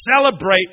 celebrate